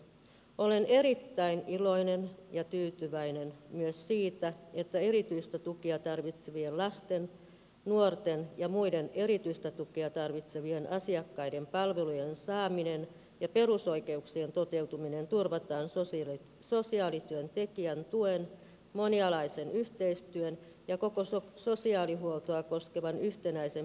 olen erittäin iloinen ja tyytyväinen myös siitä että erityistä tukea tarvitsevien lasten nuorten ja muiden erityistä tukea tarvitsevien asiakkaiden palvelujen saaminen ja perusoikeuksien toteutuminen turvataan sosiaalityöntekijän tuen monialaisen yhteistyön ja koko sosiaalihuoltoa koskevan yhtenäisen päätöksentekomenettelyn kautta